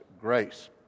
grace